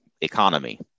economy